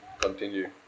continue